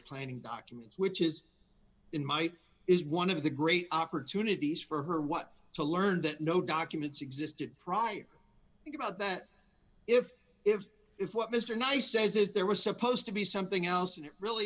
planning documents which is in might is one of the great opportunities for her what to learn that no documents existed prior think about that if if if what mr nigh says is there was supposed to be something else and it really